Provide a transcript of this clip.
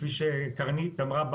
כפי שקרנית אמרה,